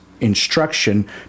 instruction